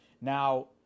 Now